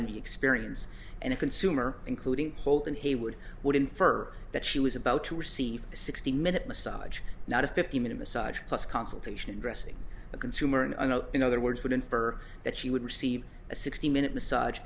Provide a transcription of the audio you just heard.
the experience and a consumer including hold and he would would infer that she was about to receive a sixty minute massage not a fifteen minute massage plus consultation dressing a consumer and i know in other words would infer that she would receive a sixty minute massage